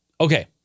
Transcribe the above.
Okay